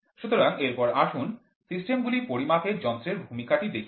সুতরাং এরপরে আসুন সিস্টেমগুলি পরিমাপের যন্ত্রের ভূমিকাটি দেখি